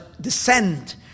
descend